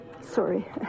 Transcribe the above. Sorry